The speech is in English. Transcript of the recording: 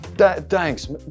thanks